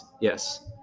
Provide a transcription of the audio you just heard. yes